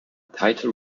title